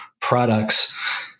products